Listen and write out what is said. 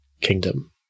kingdom